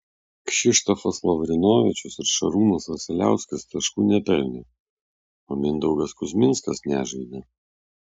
kšištofas lavrinovičius ir šarūnas vasiliauskas taškų nepelnė o mindaugas kuzminskas nežaidė